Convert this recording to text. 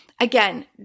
again